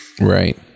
Right